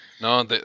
no